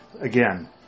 again